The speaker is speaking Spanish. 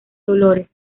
dolores